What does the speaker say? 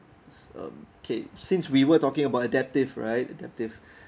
um K since we were talking about adaptive right adaptive